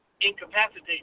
incapacitate